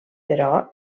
però